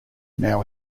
now